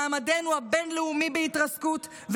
מעמדנו הבין-לאומי בהתרסקות,